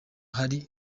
hari